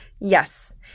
Yes